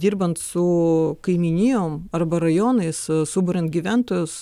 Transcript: dirbant su kaimynijom arba rajonais suburiant gyventojus